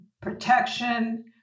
protection